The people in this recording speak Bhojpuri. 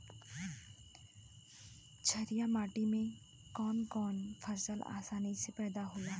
छारिया माटी मे कवन कवन फसल आसानी से पैदा होला?